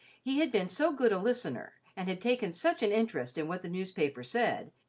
he had been so good a listener and had taken such an interest in what the newspaper said,